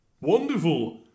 Wonderful